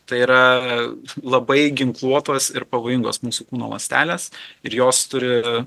tai yra labai ginkluotos ir pavojingos mūsų kūno ląstelės ir jos turi